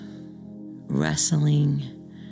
wrestling